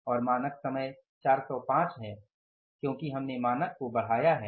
और मानक समय 405 है क्योंकि हमने मानक को बढ़ाया हैं